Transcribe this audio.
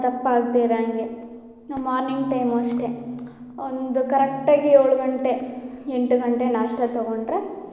ದಪ್ಪ ಆಗದೇ ಇರಂಗೆ ನ ಮಾರ್ನಿಂಗ್ ಟೈಮು ಅಷ್ಟೆ ಒಂದು ಕರೆಕ್ಟಾಗಿ ಏಳು ಗಂಟೆ ಎಂಟು ಗಂಟೆ ನಾಷ್ಟ ತಗೊಂಡರೆ